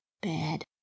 bed